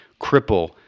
cripple